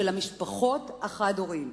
של המשפחות החד-הוריות.